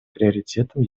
приоритетом